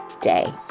day